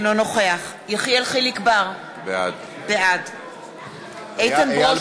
בעד יחיאל חיליק בר, בעד איתן ברושי,